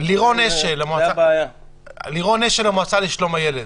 --- לירון אשל, המועצה לשלום הילד.